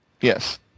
Yes